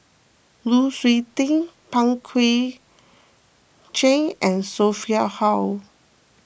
Lu Suitin Pang Guek Cheng and Sophia Hull